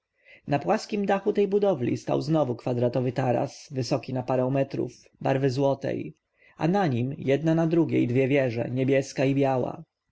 na płaskim dachu tej budowli stał znowu kwadratowy taras wysoki na parę metrów barwy złotej a na nim jedna na drugiej dwie wieże niebieska i biała